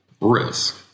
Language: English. risk